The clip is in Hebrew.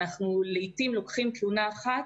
אנחנו לעתים לוקחים תלונה אחת